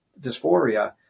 dysphoria